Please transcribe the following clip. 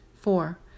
Four